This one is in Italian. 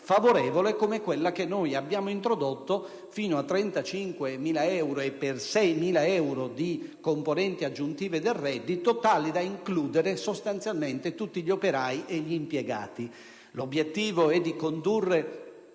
favorevole, come quella che abbiamo introdotto fino a 35.000 euro e per 6.000 euro di componenti aggiuntive del reddito, tale da includere sostanzialmente tutti gli operai e gli impiegati. L'obiettivo è quello di